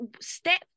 step